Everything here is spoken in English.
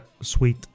sweet